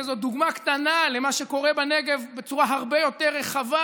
וזו דוגמה קטנה למה שקורה בנגב בצורה הרבה יותר רחבה,